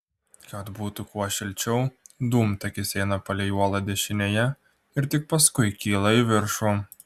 kad būtų kuo šilčiau dūmtakis eina palei uolą dešinėje ir tik paskui kyla į viršų